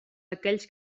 aquells